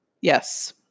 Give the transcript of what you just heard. Yes